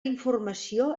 informació